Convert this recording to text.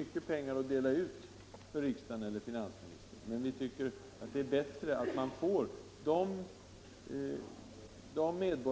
Vårt krav innebär att det inte blir så mycket pengar att dela ut för finansministern, men vi tycker det är bättre